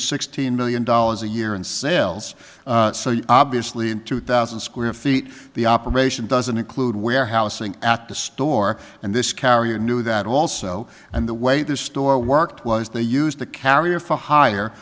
sixteen million dollars a year in sales so you obviously in two thousand square feet the operation doesn't include warehouse ing at the store and this carrier knew that also and the way this store worked was they used the carrier for hire